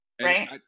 Right